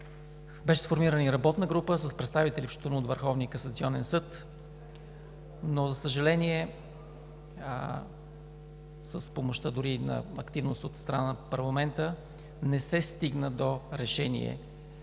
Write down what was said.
Беше сформирана и работна група с представители, включително и от Върховния касационен съд, но, за съжаление, с помощта – дори с активност от страна на парламента, не се стигна до решение